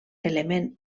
element